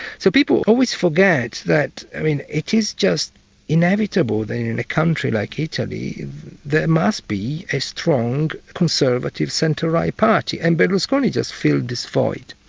so people always forget that it is just inevitable that in a country like italy there must be a strong conservative centre-right party, and berlusconi just filled this void.